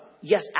Yes